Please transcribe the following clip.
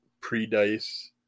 pre-dice